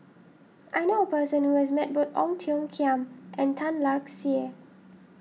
I knew a person who has met both Ong Tiong Khiam and Tan Lark Sye